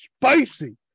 spicy